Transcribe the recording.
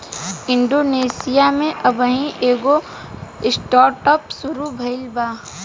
Indonesia में अबही एगो स्टार्टअप शुरू भईल बा